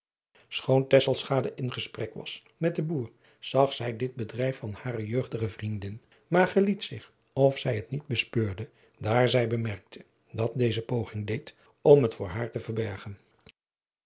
tesselschade in gesprek was met den boer zag zij dit bedrijf van hare jeugdige vriendin maar geliet zich of zij het niet bespeurde daar zij bemerkte dat deze poging deed om het voor haar te verbergen